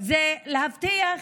להבטיח